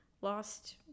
lost